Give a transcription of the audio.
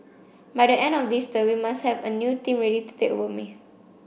by the end of this term we must have a new team ready to take over from me